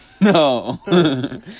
no